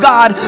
God